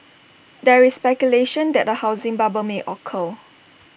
there is speculation that A housing bubble may occur